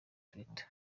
twitter